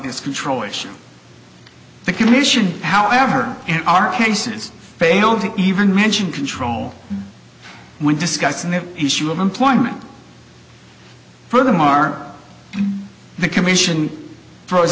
this control which the commission however and our cases failed to even mention control when discussing the issue of employment for them are the commission throws